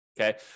Okay